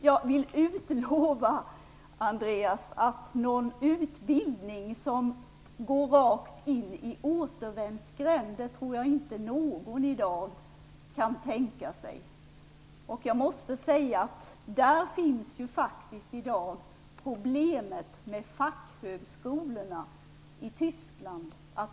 Jag kan försäkra Andreas Carlgren att inte någon i dag kan tänka sig en utbildning som leder rakt in i en återvändsgränd. Där finns i dag problemet med fackhögskolorna i Tyskland.